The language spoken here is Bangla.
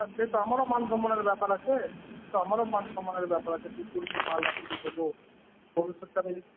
না সে তো আমারও মান সম্মানের ব্যাপার আছে সে তো আমারও মান সম্মানের ব্যাপার আছে দুই কুইন্টাল মাল আমি যে দেবো ভবিষ্যতে আপনি যদি